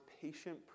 patient